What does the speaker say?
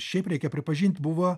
šiaip reikia pripažint buvo